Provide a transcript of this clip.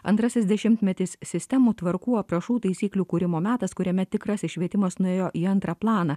antrasis dešimtmetis sistemų tvarkų aprašų taisyklių kūrimo metas kuriame tikrasis švietimas nuėjo į antrą planą